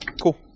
Cool